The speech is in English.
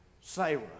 Sarah